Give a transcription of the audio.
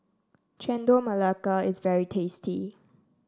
Chendol Melaka is very tasty